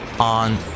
On